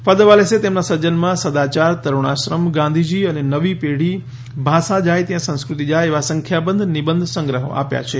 father વાલેસે તેમના સર્જનમાં સદાચાર તરૂણાશ્રમ ગાંધીજી અને નવી પેઢી ભાષા જાય ત્યાં સંસ્કૃતિ જાય એવા સંખ્યાબંધ નિબંધ સંગ્રહો આપ્યા છે